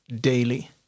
daily